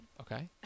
Okay